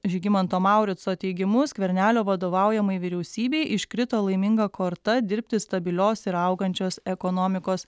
žygimanto maurico teigimu skvernelio vadovaujamai vyriausybei iškrito laiminga korta dirbti stabilios ir augančios ekonomikos